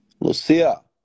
Lucia